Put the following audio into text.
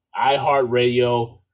iHeartRadio